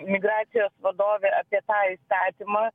migracijos vadovė apie tą įstatymą